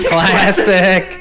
Classic